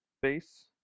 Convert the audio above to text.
face